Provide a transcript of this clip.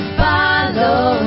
follow